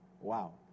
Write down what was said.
Wow